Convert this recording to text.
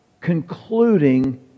concluding